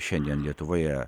šiandien lietuvoje